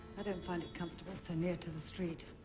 i don't find it comfortable so near to the street.